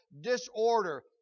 disorder